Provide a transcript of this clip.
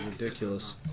ridiculous